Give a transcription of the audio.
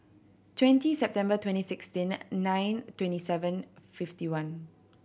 twenty September twenty sixteen nine twenty seven fifty one